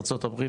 ארצות הברית,